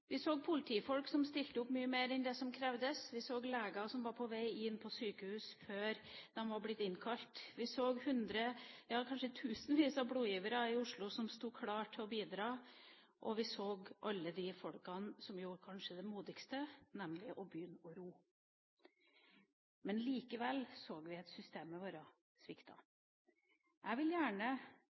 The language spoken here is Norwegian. Vi så politifolk som stilte opp mye mer enn det som krevdes. Vi så leger som var på vei til sykehus før de var blitt innkalt. Vi så hundrevis, ja, kanskje tusenvis av blodgivere i Oslo som sto klare til å bidra. Vi så alle de folkene som gjorde kanskje det aller modigste, nemlig å begynne å ro, men likevel så vi at systemene våre sviktet. Jeg vil gjerne